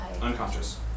Unconscious